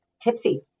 tipsy